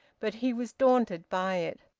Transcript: but he was daunted by it.